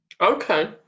Okay